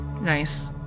Nice